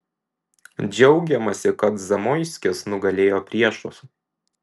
džiaugiamasi kad zamoiskis nugalėjo priešus